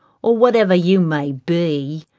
or whatever you may be,